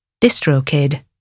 DistroKid